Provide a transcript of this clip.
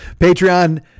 Patreon